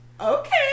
Okay